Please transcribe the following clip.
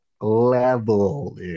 level